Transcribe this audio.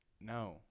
no